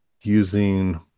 using